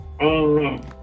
Amen